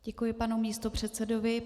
Děkuji panu místopředsedovi.